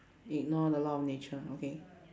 ignore the law of nature okay